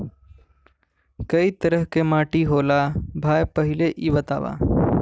कै तरह के माटी होला भाय पहिले इ बतावा?